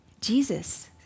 Jesus